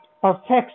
perfection